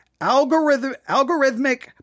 algorithmic